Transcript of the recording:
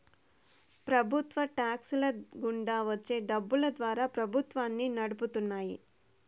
ప్రభుత్వ టాక్స్ ల గుండా వచ్చే డబ్బులు ద్వారా ప్రభుత్వాన్ని నడుపుతున్నాయి